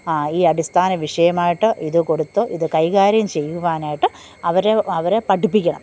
ആ ഈ അടിസ്ഥാന വിഷയമായിട്ട് ഇത് കൊടുത്ത് ഇത് കൈകാര്യം ചെയ്യുവാനായിട്ട് അവരെ അവരെ പഠിപ്പിക്കണം